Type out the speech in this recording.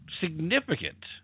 significant